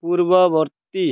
ପୂର୍ବବର୍ତ୍ତୀ